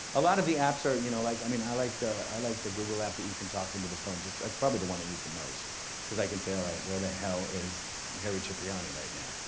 a lot of the apps are you know like, i mean i like, i like the google app that you can talk into the phone. that's that's probably the one i use the most cause i can say, all right, where the hell is harry cipriani right now?